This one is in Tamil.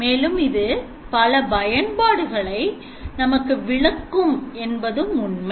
மேலும் இது பல பயன்பாடுகளை நமக்கு விளக்கும் என்பதும் உண்மை